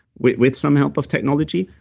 with with some help of technology,